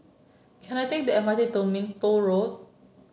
can I take the M R T to Minto Road